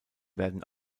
werden